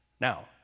Now